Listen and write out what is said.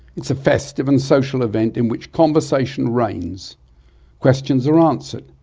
it's a festive and social event in which conversation reigns questions are answered,